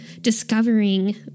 discovering